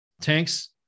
tanks